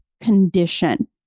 condition